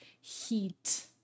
Heat